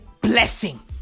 blessing